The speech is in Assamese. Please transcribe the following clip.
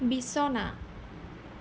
বিছনা